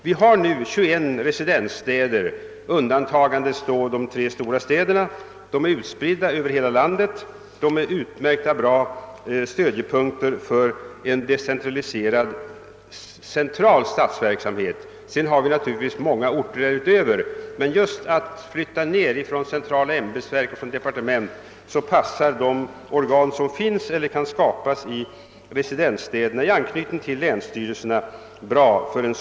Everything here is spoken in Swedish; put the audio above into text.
Vi har nu 21 residensstäder, undantagandes de tre största städerna. De är utspridda över hela landet och är utmärkta stödpunkter för en decentraliserad central statsverksamhet. Därutöver finns det ju många andra större orter, men just för en förflyttning av verksamhet från centrala ämbetsverk och departement passar de organ bäst som finns eller kan skapas i residensstäderna i anknytning till länsstyrelserna.